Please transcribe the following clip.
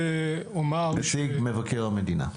נציג מבקר המדינה.